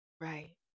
right